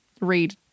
read